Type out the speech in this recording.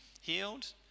healed